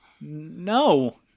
No